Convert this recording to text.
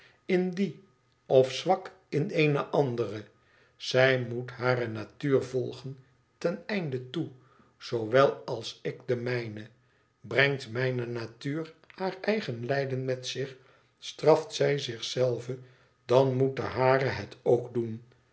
in die of zwak in eene andere zij moet hare natuur volgen ten einde toe zoowel als ik de mijne brengt mijne natuur haar eigen lijden met zich straft zij zich zelve dan moet de hare het ook doen